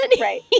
Right